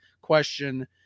question